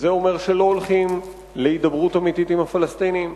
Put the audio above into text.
זה אומר שלא הולכים להידברות אמיתית עם הפלסטינים.